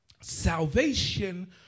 salvation